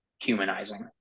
humanizing